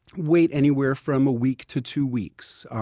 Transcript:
wait anywhere from a week to two weeks. ah